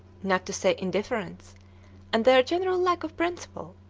not to say indifference and their general lack of principle,